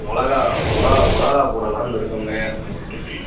மிளகா மிளகா மிளகா போடலாம்னு இருக்கோம் அண்ணா